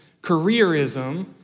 careerism